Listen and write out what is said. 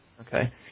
Okay